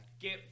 get